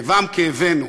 כאבם כאבנו.